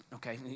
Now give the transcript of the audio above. Okay